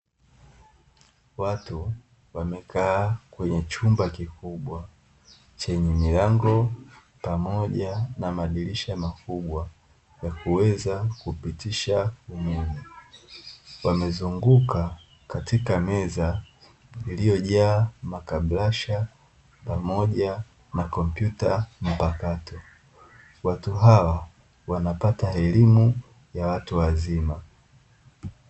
Watu wamekaa kwenye chumba kikubwa chenye milango pamoja na madirisha makubwa na yakuweza kupitisha umeme, pamezunguka katika meza iliyojaa makabulasha pamoja na kompyuta mpakato, watu hawa wanapata elimu ya watu wazima.